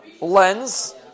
lens